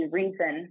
reason